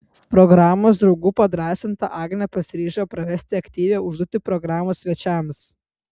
programos draugų padrąsinta agnė pasiryžo pravesti aktyvią užduotį programos svečiams